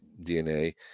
dna